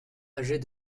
âgée